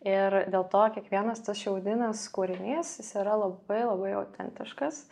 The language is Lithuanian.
ir dėl to kiekvienas tas šiaudinis kūrinys jis yra labai labai autentiškas